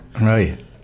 Right